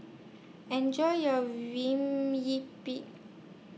Enjoy your